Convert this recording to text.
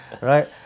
Right